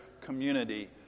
community